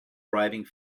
driving